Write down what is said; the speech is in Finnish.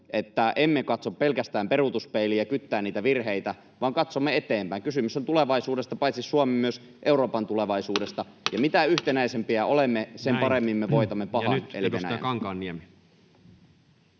emme katso pelkästään peruutuspeiliin ja kyttää niitä virheitä vaan katsomme eteenpäin. Kysymys on tulevaisuudesta, paitsi Suomen myös Euroopan tulevaisuudesta, ja mitä yhtenäisempiä olemme, sen paremmin me voitamme pahan